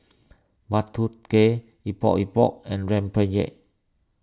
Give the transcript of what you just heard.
Bak Kut Teh Epok Epok and Rempeyek